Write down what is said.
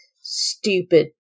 stupid